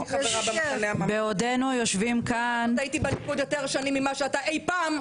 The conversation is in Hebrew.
לפחות הייתי בליכוד יותר שנים ממה שאתה חי.